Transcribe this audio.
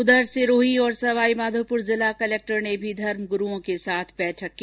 उधर सिरोही और सवाईमाधोपुर जिला कलेक्टर ने भी धर्मगुरूओं के साथ बैठक की